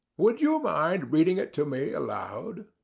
would you mind reading it to me aloud?